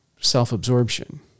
self-absorption